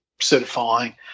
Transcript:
certifying